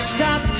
Stop